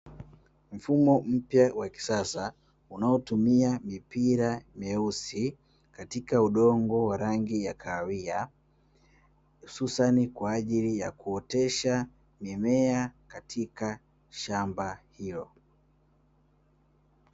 Mfumo mpya wa kisasa unaotumia mipira myeusi katika udongo wa rangi ya kahawia, ususani kwa ajili ya kuotesha mimea katika shamba hilo.